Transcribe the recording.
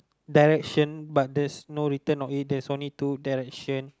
direction but there's no written on it there's only two directions